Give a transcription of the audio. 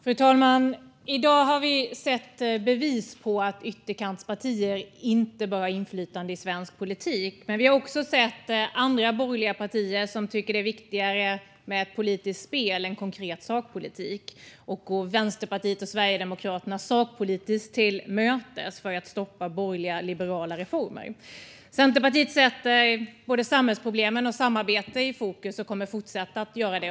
Fru talman! I dag har vi sett bevis på att ytterkantspartier inte bör ha inflytande i svensk politik. Men vi har också sett andra borgerliga partier som tycker att det är viktigare med ett politiskt spel än konkret sakpolitik. De går Vänsterpartiet och Sverigedemokraterna sakpolitiskt till mötes för att stoppa borgerliga liberala reformer. Centerpartiet sätter både samhällsproblemen och samarbetet i fokus och kommer att fortsätta att göra det.